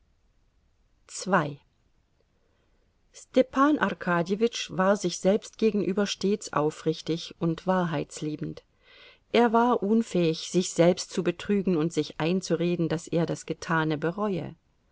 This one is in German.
stepan arkadjewitsch war sich selbst gegenüber stets aufrichtig und wahrheitsliebend er war unfähig sich selbst zu betrügen und sich einzureden daß er das getane bereue